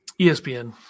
ESPN